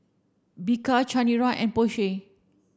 Bika Chanira and Porsche